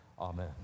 Amen